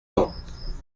ans